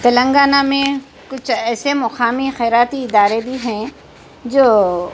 تلنگانہ میں کچھ ایسے مقامی خیراتی ادارے بھی ہیں جو